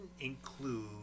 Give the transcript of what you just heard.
include